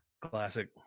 Classic